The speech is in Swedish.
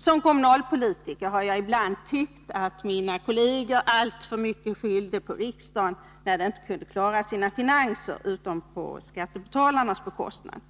Som kommunalpolitiker har jag ibland tyckt att mina kolleger alltför mycket skyllde på riksdagen, när de inte kunde klara sina finanser utom på skattebetalarnas bekostnad.